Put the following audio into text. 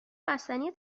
بستنی